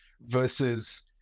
versus